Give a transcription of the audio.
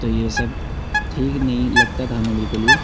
تو یہ سب ٹھیک نہیں لگتا تھا ہمیں بالکل بھی